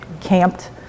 camped